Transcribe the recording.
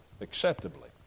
Acceptably